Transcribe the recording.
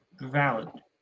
Valid